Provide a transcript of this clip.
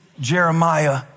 Jeremiah